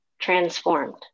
transformed